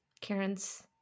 karen's